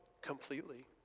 completely